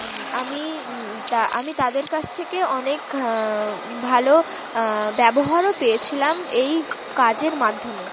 আমি তা আমি তাদের কাছ থেকে অনেক ভালো ব্যবহারও পেয়েছিলাম এই কাজের মাধ্যমে